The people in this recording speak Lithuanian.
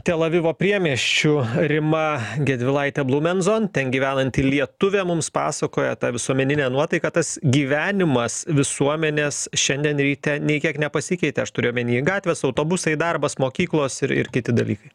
tel avivo priemiesčių rima gedvilaitė blumenzon ten gyvenanti lietuvė mums pasakoja tą visuomeninę nuotaiką tas gyvenimas visuomenės šiandien ryte nė kiek nepasikeitė aš turiu omeny gatvės autobusai darbas mokyklos ir ir kiti dalykai